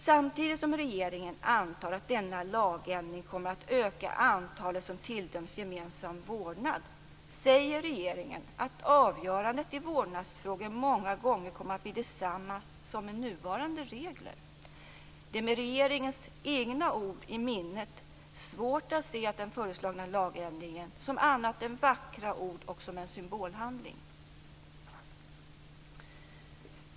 Samtidigt som regeringen antar att denna lagändring kommer att öka antalet som tilldöms gemensam vårdnad säger regeringen att avgörandet i vårdnadsfrågor många gånger kommer att bli detsamma som med nuvarande regler. Det är med regeringens egna ord i minnet svårt att se den föreslagna lagändringen som annat än vackra ord och som en symbolhandling.